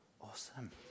Awesome